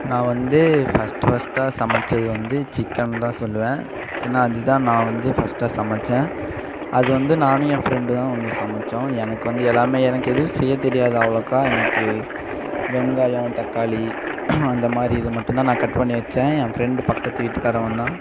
நான் வந்து ஃபர்ஸ்ட்டு ஃபர்ஸ்ட்டா சமைச்சது வந்து சிக்கன் தான் சொல்லுவேன் ஏனா அந்த இது தான் நான் வந்து ஃபர்ஸ்ட்டா சமைச்சேன் அது வந்து நானும் என் ஃப்ரெண்டு தான் வந்து சமைச்சோம் எனக்கு வந்து எல்லாமே எனக்கு எதுவும் செய்ய தெரியாது அவ்வளோக்கா எனக்கு வெங்காயம் தக்காளி அந்தமாதிரி இதை மட்டும்தான் நான் கட் பண்ணி வச்சேன் என் ஃப்ரெண்டு பக்கத்து வீட்டுகாரவன் தான்